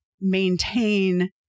maintain